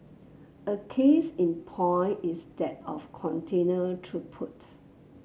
a case in point is that of container throughput